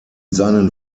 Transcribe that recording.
seinen